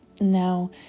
Now